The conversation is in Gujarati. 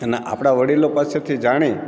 અને આપણા વડીલો પાસેથી જાણી